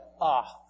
off